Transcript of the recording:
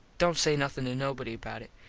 dont say nothin to nobody about it.